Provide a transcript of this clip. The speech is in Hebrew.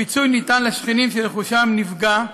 הפיצוי ניתן לשכנים, שרכושם נפגע,